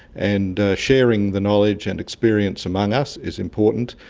and sharing the knowledge and experience among us is important,